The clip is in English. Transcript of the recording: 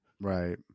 Right